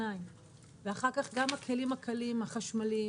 אחר כך גם הכלים הקלים החשמליים,